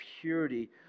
purity